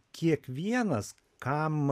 kiekvienas kam